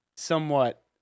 Somewhat